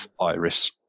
iris